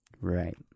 Right